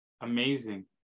Amazing